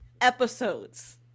episodes